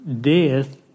death